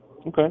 Okay